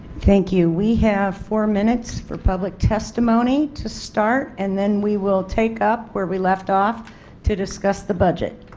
thank you. we have four minutes for public testimony to start and then we will take up where we left off to discuss the budget.